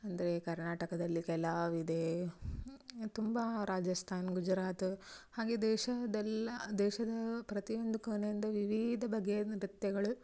ಅಂದರೆ ಕರ್ನಾಟಕದಲ್ಲಿ ಕೆಲವ್ ಇದೇ ತುಂಬ ರಾಜಸ್ತಾನ ಗುಜರಾತ್ ಹಂಗೆ ದೇಶದ್ದೆಲ್ಲ ದೇಶದಾ ಪ್ರತಿಯೊಂದು ಕೊನೆಯಿಂದ ವಿವಿಧ ಬಗೆಯ ನೃತ್ಯಗಳು